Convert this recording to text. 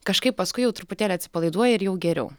kažkaip paskui jau truputėlį atsipalaiduoji ir jau geriau